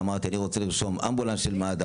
ואמרתי שאני רוצה לרשום אמבולנס של מד"א